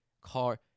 car